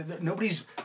nobody's